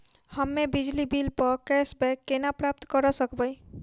हम्मे बिजली बिल प कैशबैक केना प्राप्त करऽ सकबै?